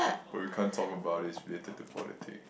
but we can't talk about it is related to politic